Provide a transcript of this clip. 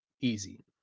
easy